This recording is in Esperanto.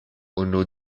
unu